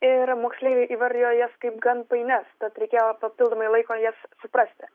ir moksleiviai įvardijo jas kaip gan painias tad reikėjo papildomai laiko jas suprasti